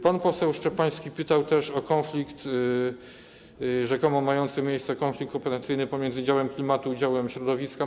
Pan poseł Szczepański pytał też o konflikt, rzekomo mający miejsce konflikt kompetencyjny pomiędzy działem klimatu i działem środowiska.